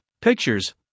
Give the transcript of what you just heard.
pictures